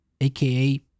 aka